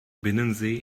binnensee